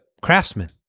craftsman